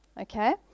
Okay